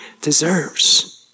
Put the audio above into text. deserves